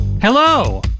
Hello